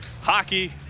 hockey